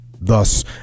thus